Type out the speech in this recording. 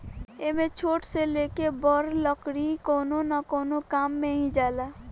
एमे छोट से लेके बड़ लकड़ी कवनो न कवनो काम मे ही जाला